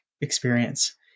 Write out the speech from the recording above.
experience